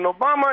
Obama